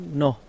no